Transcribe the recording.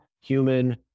human